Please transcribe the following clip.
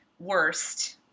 Worst